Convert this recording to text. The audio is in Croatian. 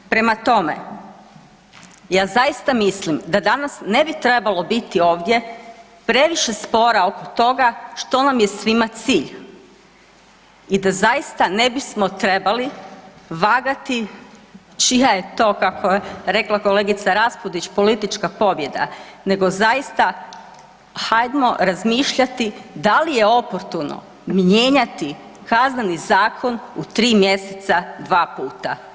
Prema tome, ja zaista mislim da danas ne bi trebalo biti ovdje previše spora oko toga što nam je svima cilj i da zaista ne bismo trebali vagati čija je to, kako je rekla kolegica Raspudić, politička pobjeda nego zaista hajdmo razmišljati da li je oportuno mijenjati Kazneni zakon u 3 mjeseca 2 puta?